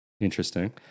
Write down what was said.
Interesting